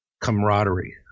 camaraderie